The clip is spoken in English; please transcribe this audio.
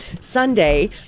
Sunday